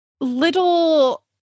little